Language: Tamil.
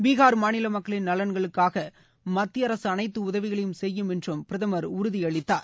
பீகார் மாநில மக்களின் நலன்களுக்காக மத்திய அரசு அனைத்து உதவிகளையும் செய்யும் என்று பிரதமர் உறுதி அளித்துள்ளார்